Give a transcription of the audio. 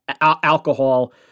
alcohol